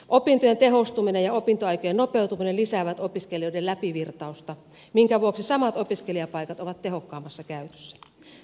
opintojen tehostuminen ja opintoaikojen nopeutuminen lisäävät opiskelijoiden läpivirtausta minkä vuoksi samat opiskelijapaikat ovat tehokkaammassa käytössä